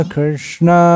Krishna